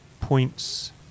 points